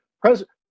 president